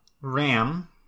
Ram